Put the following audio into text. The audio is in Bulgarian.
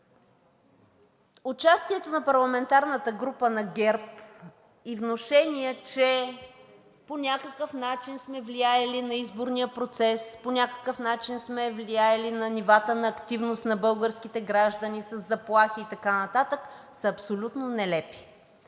участието на парламентарната група на ГЕРБ и внушение, че по някакъв начин сме влияели на изборния процес, по някакъв начин сме влияели на нивата на активност на българските граждани със заплахи и така нататък са абсолютно нелепи.